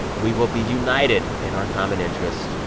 we will be united in our common interest.